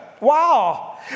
Wow